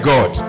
God